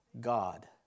God